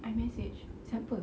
imessage siapa